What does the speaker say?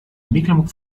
mecklenburg